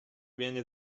viene